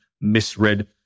misread